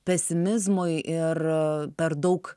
pesimizmui ir per daug